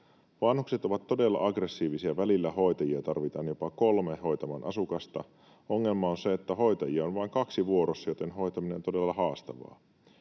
Vanhukset ovat todella aggressiivisia. Välillä hoitajia tarvitaan jopa kolme hoitamaan asukasta. Ongelma on se, että hoitajia on vain kaksi vuorossa, joten hoitaminen on todella haastavaa.